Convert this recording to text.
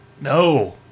No